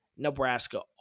Nebraska